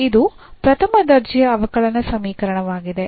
ಇದು ಪ್ರಥಮ ದರ್ಜೆಯ ಅವಕಲನ ಸಮೀಕರಣವಾಗಿದೆ